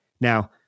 Now